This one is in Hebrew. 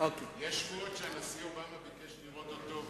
יש שמועות שהנשיא אובמה ביקש לראות אותו,